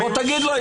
בוא תגיד לו את זה.